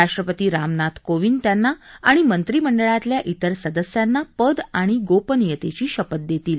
राष्ट्रपती रामनाथ कोविंद त्यांना आणि मंत्रिमंडळातल्या इतर सदस्यांना पद आणि गोपनीयतेची शपथ देतील